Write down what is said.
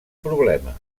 problema